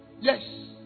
Yes